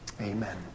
Amen